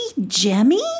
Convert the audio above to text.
Jemmy